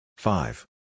Five